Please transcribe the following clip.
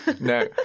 No